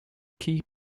key